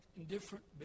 indifferent